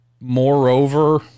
Moreover